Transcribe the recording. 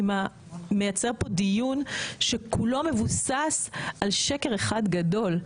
מייצר פה דיון שכולו מבוסס על שקר אחד גדול.